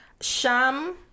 Sham